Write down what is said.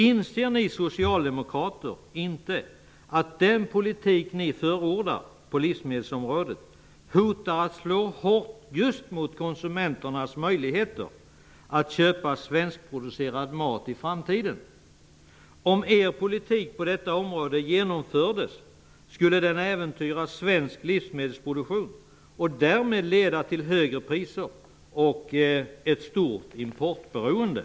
Inser inte ni socialdemokrater att den politik ni förordar på livsmedelsområdet hotar att slå hårt just mot konsumenternas möjligheter att köpa svenskproducerad mat i framtiden? Om er politik på detta område genomfördes skulle den äventyra svensk livsmedelsproduktion och därmed leda till högre priser och ett stort importberoende.